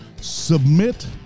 submit